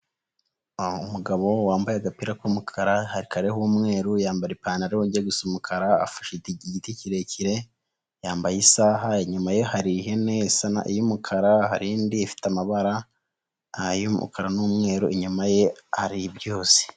Umugabo wambaye agapira k'umukara kariho umweru, yambaye ipantaro, ijya gusa umukara afashe igiti kirekire yambaye isaha, inyuma hari ihene y'umukara, harindi ifite amabara ay'umukara n'umweru, inyuma ye hari ibyuzi.